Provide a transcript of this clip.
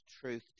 truth